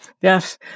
yes